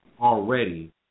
already